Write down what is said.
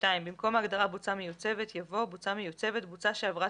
במקום ההגדרה "בוצה מיוצגת" יבוא: "בוצה מיוצבת" בוצה שעברה